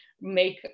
make